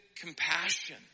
compassion